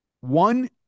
one